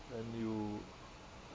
when you